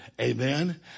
Amen